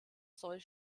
soll